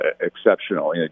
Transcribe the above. exceptional